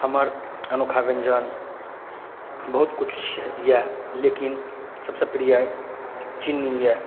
हमर अनोखा व्यञ्जन बहुत किछु अइ लेकिन सबसँ प्रिय चीनी अइ